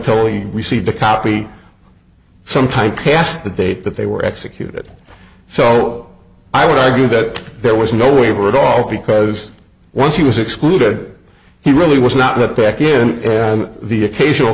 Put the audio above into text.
totally received a copy sometime past the date that they were executed so i would argue that there was no waiver at all because once he was excluded he really was not let back in the occasional